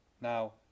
now